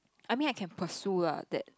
I mean I can pursue lah that